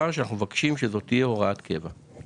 שאנחנו מבקשים שזאת תהיה הוראת קבע.